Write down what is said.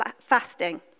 fasting